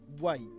Wait